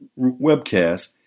webcast